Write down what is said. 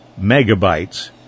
megabytes